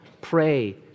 pray